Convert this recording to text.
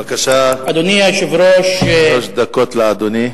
בבקשה, שלוש דקות לאדוני.